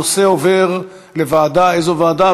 הנושא עובר לוועדה איזו ועדה?